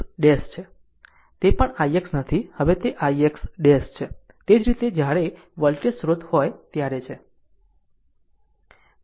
આમ તે ix નથી હવે તે ix છે તે જ રીતે જ્યારે વોલ્ટેજ સ્રોત હોય ત્યારે છે